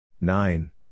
Nine